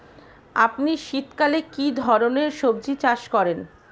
আপনি শীতকালে কী ধরনের সবজী চাষ করেন?